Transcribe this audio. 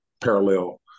parallel